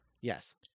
Yes